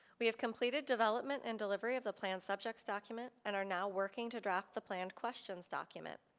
we have completed development and delivery of the planned subjects document and are now working to draft the planned questions document.